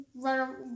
run